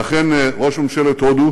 ואכן, ראש ממשלת הודו